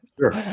sure